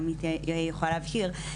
עמיתי יוכל להבהיר,